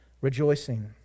rejoicing